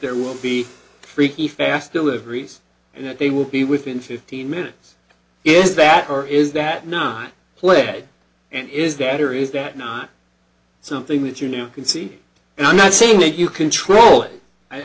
there will be freaky fast deliveries and that they will be within fifteen minutes is that or is that nine play and is that or is that not something that you can see and i'm not saying that you control it i